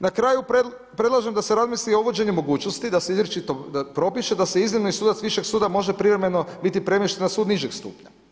Na kraju, predlažem da se razmisli o uvođenju mogućnosti da se izričito propiše da se iznimno sudac višeg suda može privremeno biti premješten na sud nižeg stupnja.